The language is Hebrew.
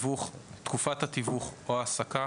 ___________________ תקופת התיווך/ההעסקה